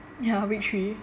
ya week three